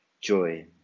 joy